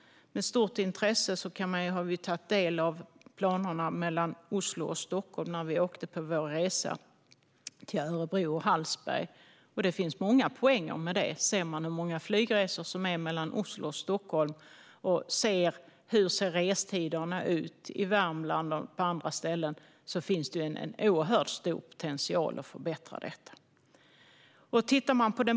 När vi åkte på vår resa till Örebro och Hallsberg tog vi med stort intresse del av planerna gällande sträckan mellan Oslo och Stockholm. Det finns många poänger med det här. Med tanke på hur många flygresor som görs mellan Oslo och Stockholm och hur restiderna ser ut i Värmland och på andra ställen finns det en oerhört stor potential till förbättring.